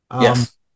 Yes